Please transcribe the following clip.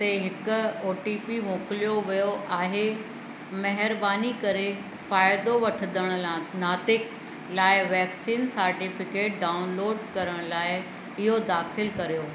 ते हिकु ओटीपी मोकिलियो वियो आहे महिरबानी करे फ़ाइदो वठंदड़ लाइ नाते लाए वैक्सीन सर्टिफिकेट डाउनलोड करण लाइ इहो दाख़िल कयो